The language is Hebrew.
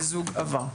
המיזוג עבר.